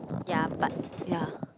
yeah but yeah